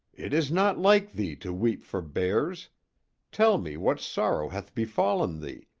it is not like thee to weep for bears tell me what sorrow hath befallen thee,